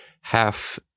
half